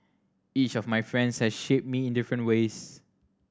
each of my friends has shaped me in different ways